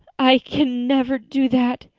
i can never do that,